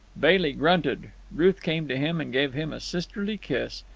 bailey grunted. ruth came to him and gave him a sisterly kiss.